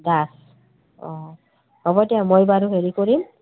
দাস অঁ হ'ব দিয়া মই বাৰু হেৰি কৰিম